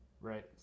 Right